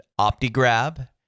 OptiGrab